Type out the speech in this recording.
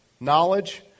knowledge